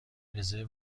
رزرو